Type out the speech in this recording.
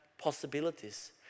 possibilities